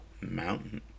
Mountain